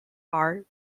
are